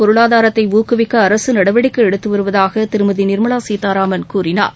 பொருளாதாரத்தை ஊக்குவிக்க அரசு நடவடிக்கை எடுத்து வருவதாக திருமதி நிர்மலா சீதாராமன் கூறினார்